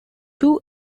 too